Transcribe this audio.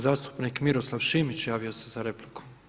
Zastupnik Miroslav Šimić javio se za repliku.